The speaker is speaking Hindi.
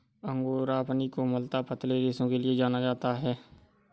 अंगोरा अपनी कोमलता, पतले रेशों के लिए जाना जाता है